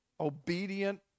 Obedient